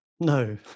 No